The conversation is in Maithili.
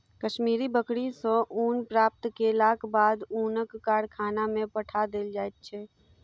कश्मीरी बकरी सॅ ऊन प्राप्त केलाक बाद ऊनक कारखाना में पठा देल जाइत छै